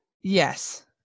yes